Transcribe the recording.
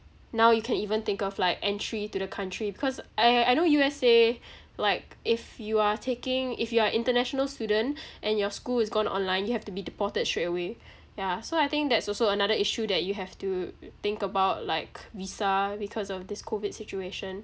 now you can even think of like entry to the country because I I know U_S_A like if you are taking if you are international student and your school is gone online you have to be deported straight away yeah so I think that's also another issue that you have to think about like visa because of this COVID situation